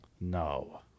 No